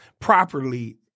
properly